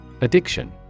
Addiction